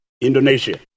Indonesia